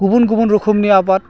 गुबुन गुबुन रोखोमनि आबाद